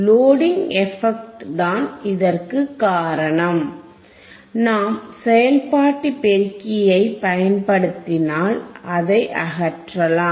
loading effect தான் இதற்குக் காரணம் நாம் செயல்பாட்டு பெருக்கியைப் பயன்படுத்தினால் அதை அகற்றலாம்